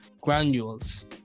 granules